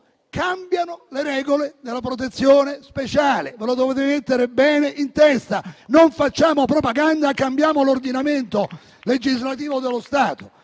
cambiano le regole della protezione speciale, ve lo dovete mettere bene in testa. Non facciamo propaganda, ma cambiamo l'ordinamento legislativo dello Stato.